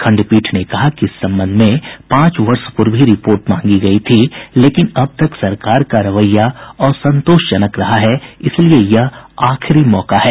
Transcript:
खंडपीठ ने कहा कि इस संबंध में पांच वर्ष पूर्व ही रिपोर्ट मांगी गई थी लेकिन अब तक सरकार का रवैया असंतोषजनक रहा है इसलिए यह आखिरी मौका है